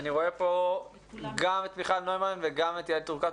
אני רואה בזום גם את מיכל נוימן וגם את יעל טור כספא.